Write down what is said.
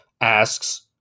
asks